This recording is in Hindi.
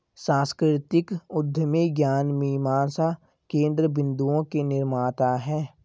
सांस्कृतिक उद्यमी ज्ञान मीमांसा केन्द्र बिन्दुओं के निर्माता हैं